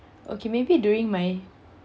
okay maybe during my